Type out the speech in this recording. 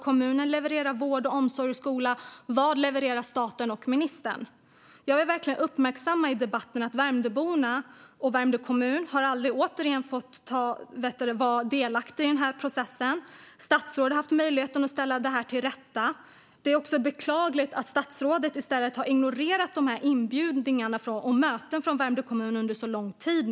Kommunen levererar vård, omsorg och skola. Vad levererar staten och ministern? Jag har i debatten verkligen uppmärksammat att Värmdöborna och Värmdö kommun aldrig har fått vara delaktiga i den här processen. Statsrådet har haft möjligheten att ställa detta till rätta. Det är beklagligt att statsrådet under lång tid har ignorerat inbjudningarna till möten med Värmdö kommun.